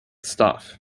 stuff